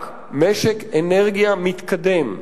רק משק אנרגיה מתקדם,